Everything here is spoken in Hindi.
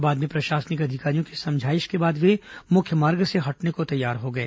बाद में प्रशासनिक अधिकारियों की समझाइश के बाद ये मुख्य मार्ग से हटने को तैयार हो गए